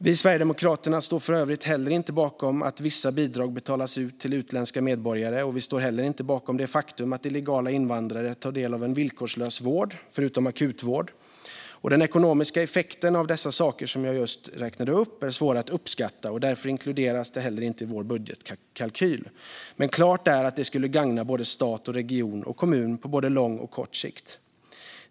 Vi i Sverigedemokraterna står för övrigt heller inte bakom att vissa bidrag betalas ut till utländska medborgare, och vi står heller inte bakom det faktum att illegala invandrare tar del av en villkorslös vård, förutom akutvård. Den ekonomiska effekten av de saker jag just räknade upp är svår att uppskatta, och därför inkluderas den inte heller i vår budgetkalkyl. Klart är dock att det skulle gagna både stat, region och kommun på både lång och kort sikt.